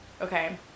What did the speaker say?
okay